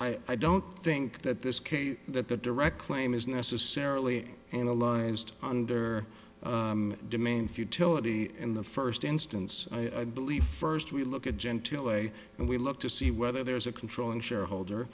i don't think that this case that the direct claim is necessarily analyzed under demain futility in the first instance belief first we look at gentil way and we look to see whether there's a controlling shareholder